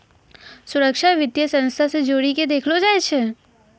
सुरक्षा वित्तीय संस्था से जोड़ी के देखलो जाय छै